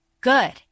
good